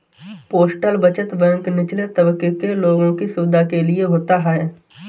postal बचत bank निचले तबके के लोगों की सुविधा के लिए होता है